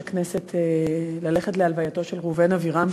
הכנסת ללכת להלווייתו של ראובן אבירם,